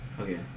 Okay